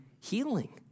healing